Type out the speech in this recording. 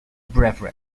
brethren